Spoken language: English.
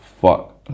fuck